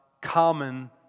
common